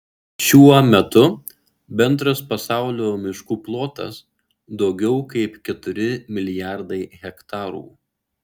šiuo metu bendras pasaulio miškų plotas daugiau kaip keturi milijardai hektarų